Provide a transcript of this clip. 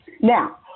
Now